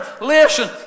Listen